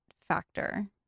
factor